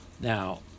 Now